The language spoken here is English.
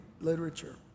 literature